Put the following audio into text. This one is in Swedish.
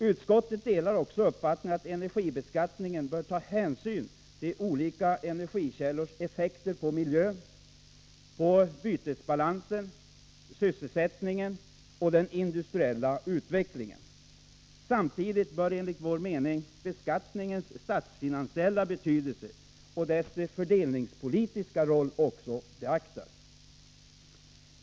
Utskottet delar också uppfattningen att energibeskattningen bör ta hänsyn till olika energikällors effekter på miljön, bytesbalansen, sysselsättningen och den industriella utvecklingen. Samtidigt bör enligt vår mening beskattningens statsfinansiella betydelse och dess fördelningspolitiska roll också beaktas.